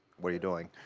what are you doing?